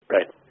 Right